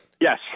Yes